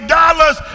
dollars